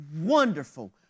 wonderful